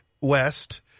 west